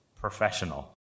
Professional